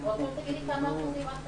תאמרי שוב את האחוזים.